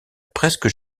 presque